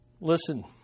Listen